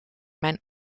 mijn